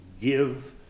give